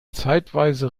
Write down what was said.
zeitweise